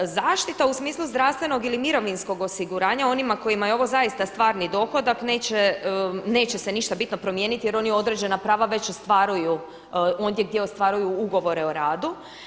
Zaštita u smislu zdravstvenog ili mirovinskog osiguranja onima kojima je ovo zaista stvarni dohodak neće se ništa bitno promijeniti jer oni određena prava već ostvaruju ondje gdje ostvaruju ugovore o radu.